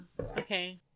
okay